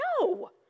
No